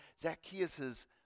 Zacchaeus